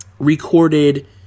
recorded